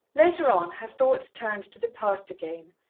later on, her thoughts turned to the past again,